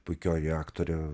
puikioji aktorė